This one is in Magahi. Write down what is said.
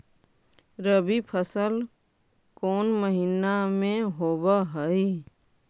रबी फसल कोन महिना में होब हई?